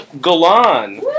Golan